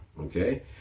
Okay